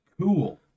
Cool